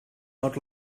not